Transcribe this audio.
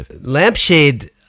Lampshade